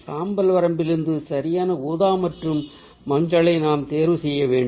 சாம்பல் வரம்பிலிருந்து சரியான ஊதா மற்றும் மஞ்சளை நாம் தேர்வு செய்ய வேண்டும்